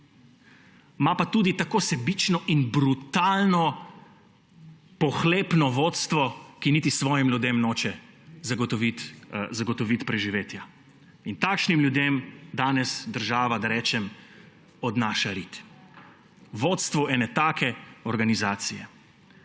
ima pa tudi tako sebično in brutalno pohlepno vodstvo, ki niti svojim ljudem noče zagotoviti preživetja. Takšnim ljudem danes država, da rečem, odnaša rit, vodstvu ene take organizacije.